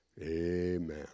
Amen